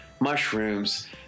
mushrooms